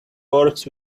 works